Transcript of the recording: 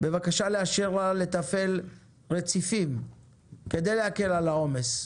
בבקשה לאשר לה לתפעל רציפים כדי להקל על העומס.